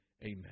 Amen